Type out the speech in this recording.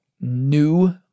new